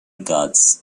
gods